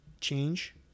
change